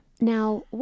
Now